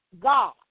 God